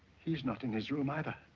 he's not in his room either.